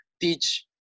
teach